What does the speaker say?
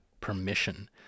permission